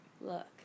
Look